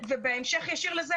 בהמשך ישיר לזה,